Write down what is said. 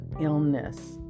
illness